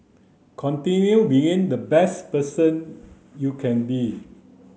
continue being the best person you can be